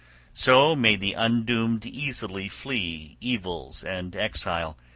so may the undoomed easily flee evils and exile,